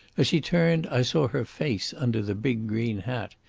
as she turned i saw her face under the big green hat.